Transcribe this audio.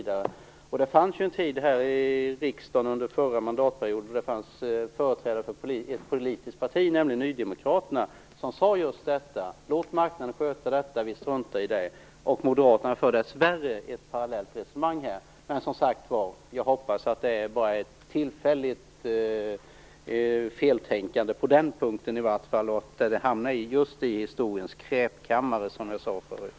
Det fanns ju en tid här i riksdagen under den förra mandatperioden när det fanns företrädare för ett politiskt, nämligen nydemokraterna, som sade just detta: Låt marknaden sköta detta, vi struntar i det. Moderaterna för dessvärre ett parallellt resonemang. Men jag hoppas att det bara är ett tillfälligt feltänkande på den punkten och att det hamnar just i historiens skräpkammare, som jag sade förut.